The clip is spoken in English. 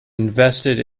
invested